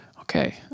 Okay